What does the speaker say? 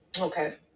Okay